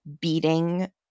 beating